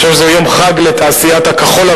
אני חושב שזה יום חג לתעשיית הכחול-לבן,